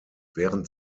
während